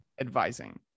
advising